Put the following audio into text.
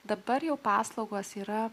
dabar jau paslaugos yra